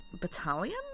battalion